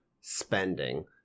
spending